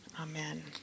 Amen